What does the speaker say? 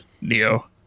Neo